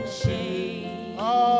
shame